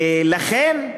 ולכן,